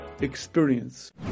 experience